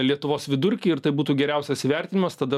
lietuvos vidurkį ir tai būtų geriausias įvertinimas tada